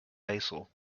basil